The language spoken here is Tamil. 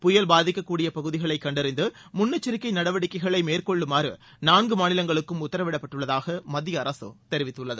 புயல் பாதிக்கக் கூடிய பகுதிகளை கண்டறிந்து முன்னெச்சரிக்கை நடவடிக்கைகளை மேற்கொள்ளுமாறு நான்கு மாநிலங்களுக்கும் உத்தரவிடப்பட்டுள்ளதாக மத்திய அரசு தெரிவித்துள்ளது